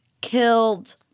killed